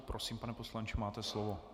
Prosím, pane poslanče, máte slovo.